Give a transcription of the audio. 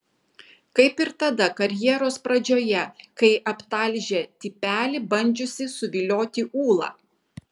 kaip ir tada karjeros pradžioje kai aptalžė tipelį bandžiusį suvilioti ūlą